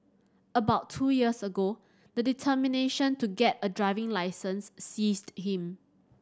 about two years ago the determination to get a driving licence seized him